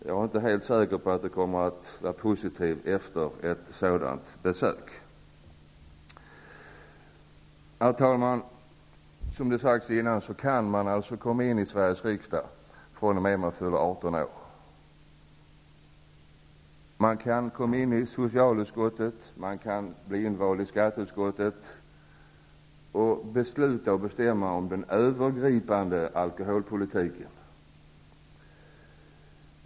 Jag är inte helt säker på att han kommer att vara positiv efter ett sådant besök. Herr talman! Som tidigare sagts kan man alltså komma in i Sveriges riksdag fr.o.m. det år då man fyller 18 år. Man kan då komma in i socialutskottet eller bli invald i skatteutskottet och få vara med och besluta om den övergripande alkoholpolitiken.